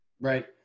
Right